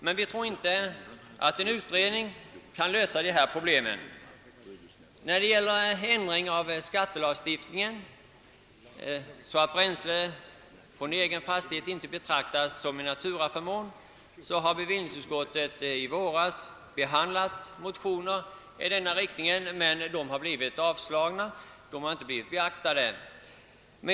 Men vi tror inte att en utredning kan lösa dessa problem. När det gäller ändring av skattelagstiftningen, så att bränsle från egen fastighet inte betraktas som en naturaförmån, har bevillningsutskottet i våras behandlat motioner i denna riktning. Dessa motioner blev inte beaktade utan avslogs.